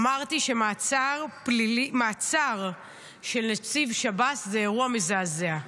אמרתי שמעצר של נציב שב"ס זה אירוע מזעזע.